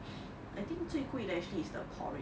I think 最贵的 actually is the porridge